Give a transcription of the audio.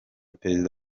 perezida